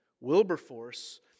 Wilberforce